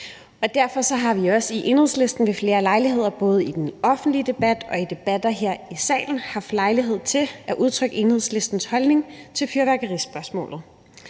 derfor har vi også i Enhedslisten ved flere lejligheder både i den offentlige debat og i debatter her i salen haft lejlighed til at udtrykke Enhedslistens holdning til fyrværkerispørgsmålet.